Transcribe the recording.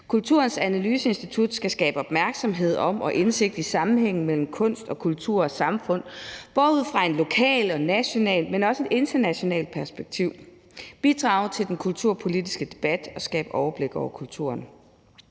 Kulturens Analyseinstitut skal skabe opmærksomhed om og indsigt i sammenhængen mellem kunst, kultur og samfund, både ud fra et lokalt og nationalt, men også et internationalt perspektiv, bidrage til den kulturpolitiske debat og skabe overblik over kulturen.